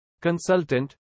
Consultant